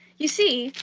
you see,